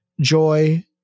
joy